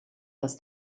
das